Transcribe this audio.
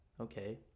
okay